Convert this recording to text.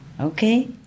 Okay